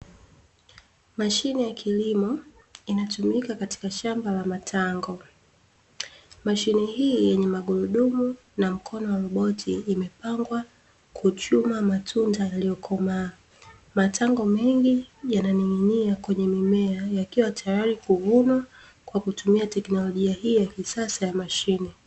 Mashine ya kilimo inatumika katika shamba la matango. Mashine hii yenye magurudumu na mkono wa roboti imepnagwa kuchuma matunda yaliyokomaa, matano mengi yananing'inia kwenye mimea yakiwa tayari kuvunwa kwa kutumia tekinolojia hii ya kisasa ya mashine.